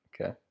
Okay